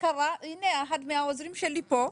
הנה, אחד מהעוזרים שלי פה,